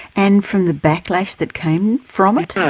and from the backlash that came from it?